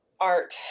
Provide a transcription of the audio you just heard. art